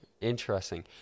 Interesting